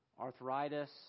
arthritis